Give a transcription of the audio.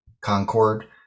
Concord